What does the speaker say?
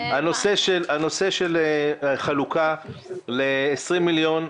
הנושא של חלוקה ל-20 מיליון,